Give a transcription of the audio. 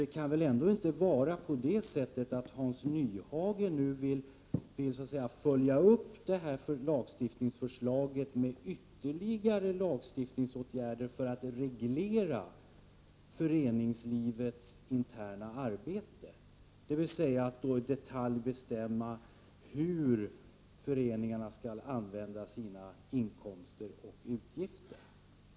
Det kan väl ändå inte vara på det sättet, att Hans Nyhage nu vill följa upp detta lagstiftningsförslag med ytterligare lagstiftningsåtgärder för att reglera föreningslivets interna arbete, dvs. att i detalj bestämma hur föreningarna skall använda sina inkomster och utgifter?